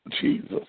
Jesus